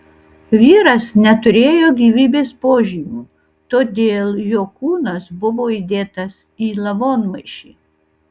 vyras neturėjo gyvybės požymių todėl jo kūnas buvo įdėtas į lavonmaišį